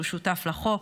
שהוא שותף לחוק,